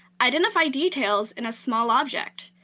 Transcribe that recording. identify details in a small object,